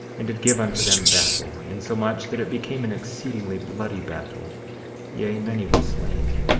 and did give unto them battle, insomuch that it became an exceedingly bloody battle yea, many were slain,